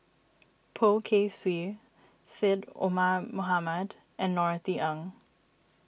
Poh Kay Swee Syed Omar Mohamed and Norothy Ng